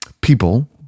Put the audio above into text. people